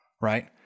right